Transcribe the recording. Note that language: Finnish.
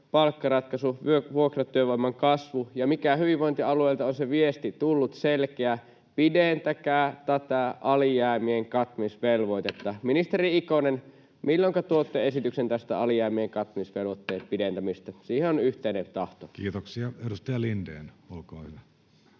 palkkaratkaisu, vuokratyövoiman kasvu. Mikä on se hyvinvointialueilta tullut selkeä viesti? Pidentäkää tätä alijäämien kattamisvelvoitetta. Ministeri Ikonen, milloinka tuotte esityksen tästä alijäämien kattamisvelvoitteen pidentämisestä? Siihen on yhteinen tahto. Kiitoksia. — Edustaja Lindén, olkaa hyvä.